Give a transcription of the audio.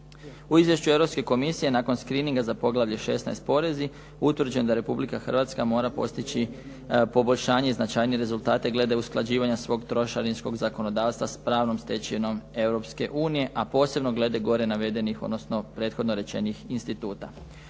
U izvješću Europske komisije nakon screeninga za poglavlje 16.-Porezi utvrđeno je da Republika Hrvatska mora postići poboljšanje i značajnije rezultate glede usklađivanja svog trošarinskog zakonodavstva s pravnom stečevinom Europske unije, a posebno glede gore navedenih odnosno prethodno rečenih instituta.